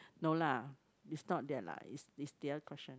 no lah is not that lah is is the other question